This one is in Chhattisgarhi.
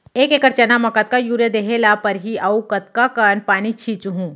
एक एकड़ चना म कतका यूरिया देहे ल परहि अऊ कतका कन पानी छींचहुं?